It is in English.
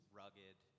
rugged